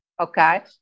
Okay